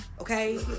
Okay